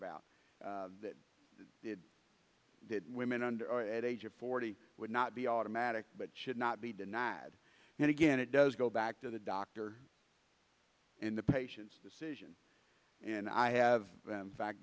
about that did women under at age of forty would not be automatic but should not be denied and again it does go back to the doctor and the patient's decision and i have them fact